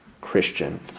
Christian